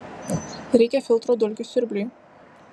reikia filtro dulkių siurbliui